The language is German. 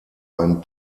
ein